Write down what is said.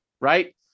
right